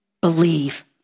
believe